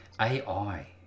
AI